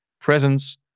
presence